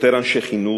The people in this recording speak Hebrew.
יותר אנשי חינוך,